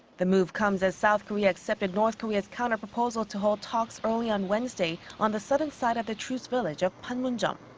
the move comes as south korea accepted north korea's counter-proposal to hold talks early on wednesday on the southern side of the truce village of panmunjeom.